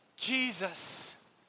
Jesus